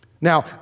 Now